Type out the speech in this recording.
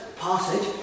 passage